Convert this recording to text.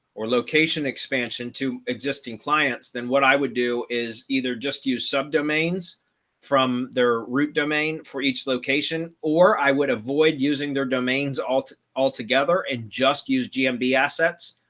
or location expansion to existing clients, then what i would do is either just use subdomains from their root domain for each location or i would avoid using their domains alt altogether and just use gmb assets,